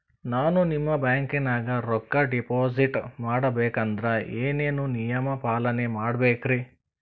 ನಾನು ನಿಮ್ಮ ಬ್ಯಾಂಕನಾಗ ರೊಕ್ಕಾ ಡಿಪಾಜಿಟ್ ಮಾಡ ಬೇಕಂದ್ರ ಏನೇನು ನಿಯಮ ಪಾಲನೇ ಮಾಡ್ಬೇಕ್ರಿ?